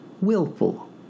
willful